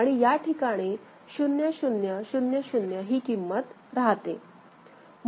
आणि या ठिकाणी 0 0 0 0 ही किंमत राहते